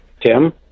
Tim